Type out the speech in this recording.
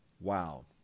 Wow